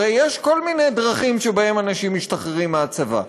הרי יש כל מיני דרכים שבהן אנשים משתחררים מהצבא.